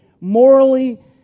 morally